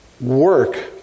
work